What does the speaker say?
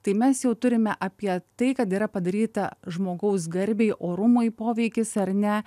tai mes jau turime apie tai kad yra padaryta žmogaus garbei orumui poveikis ar ne